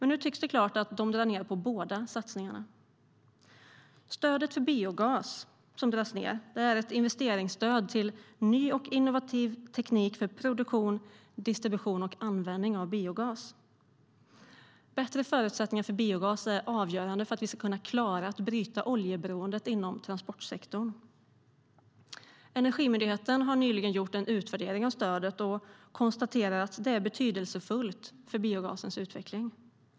Nu tycks det klart att de drar ned på båda satsningarna. Stödet för biogas som dras ned är ett investeringsstöd till ny och innovativ teknik för produktion, distribution och användning av biogas. Bättre förutsättningar för biogas är avgörande för att vi ska kunna klara att bryta oljeberoendet inom transportsektorn. Energimyndigheten har nyligen gjort en utvärdering av stödet och konstaterar att det är betydelsefullt för biogasens utveckling.